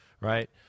Right